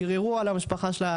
ביררו על המשפחה שלה,